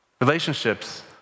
Relationships